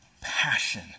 passion